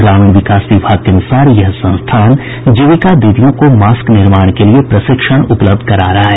ग्रामीण विकास विभाग के अनुसार यह संस्थान जीविका दीदियों को मास्क निर्माण के लिए प्रशिक्षण उपलब्ध करा रहा है